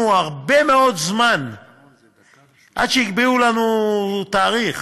הרבה מאוד זמן עד שיקבעו לנו תאריך.